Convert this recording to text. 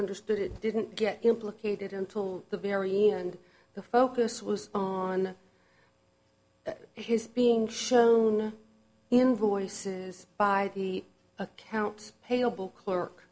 understood it didn't get implicated until the very end the focus was on his being shown in voices by the accounts payable clerk